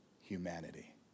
humanity